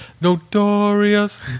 Notorious